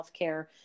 healthcare